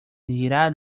gira